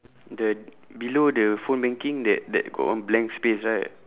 the below the phone banking that that got one blank space right